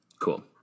cool